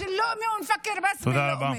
לפת לחם ונחשוב רק על פת לחם.) תודה רבה.